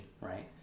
right